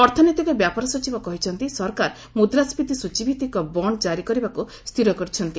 ଅର୍ଥନୈତିକ ବ୍ୟାପାର ସଚିବ କହିଛନ୍ତି ସରକାର ମୁଦ୍ରାସ୍କୀତି ସୂଚୀଭିତ୍ତିକ ବଣ୍ଣ୍ ଜାରି କରିବାକୁ ସ୍ଥିର କରିଛନ୍ତି